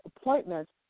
appointments